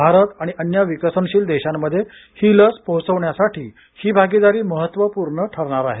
भारत आणि अन्य विकसनशील देशांमध्ये ही लस पोहोचवण्यासाठी ही भागीदारी महत्त्वपूर्ण ठरणार आहे